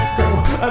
go